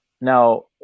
now